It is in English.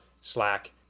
Slack